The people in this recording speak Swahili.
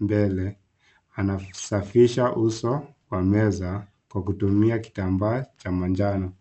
mbele anasafisha usonwa meza Kwa kutumia kitambaa cha manjano.